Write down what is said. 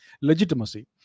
legitimacy